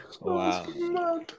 Wow